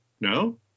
No